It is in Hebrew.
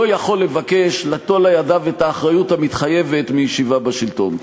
לא יכול לבקש ליטול לידיו את האחריות המתחייבת מישיבה בשלטון.